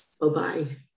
Bye-bye